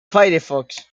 firefox